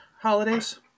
holidays